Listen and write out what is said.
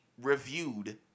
reviewed